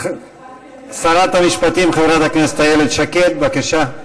שרת המשפטים חברת הכנסת איילת שקד, בבקשה.